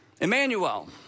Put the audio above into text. Emmanuel